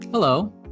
Hello